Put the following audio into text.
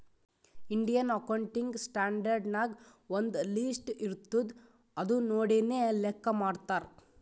Indian accounting standard ನಾಗ್ ಒಂದ್ list ಇರ್ತುದ್ ಅದು ನೋಡಿನೇ ಲೆಕ್ಕಾ ಮಾಡ್ತಾರ್